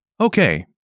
Okay